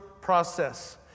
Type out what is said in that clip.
process